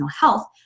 health